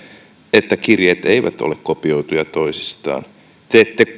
että kirjeet eivät ole toisistaan kopioituja te ette